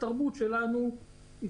שהתרבות שלנו היא